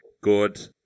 good